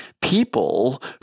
People